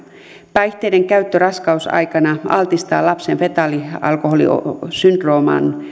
päihteiden käyttö raskausaikana altistaa lapsen fetaalialkoholisyndroomalle